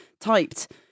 typed